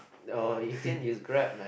oh you can use Grab man